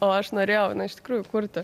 o aš norėjau na iš tikrųjų kurti